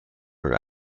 her